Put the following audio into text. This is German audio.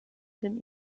dem